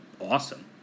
awesome